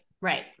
Right